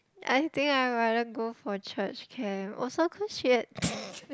I think I rather go for church camp also cause she had